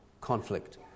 conflict